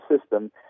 system